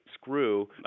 screw